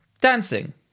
Dancing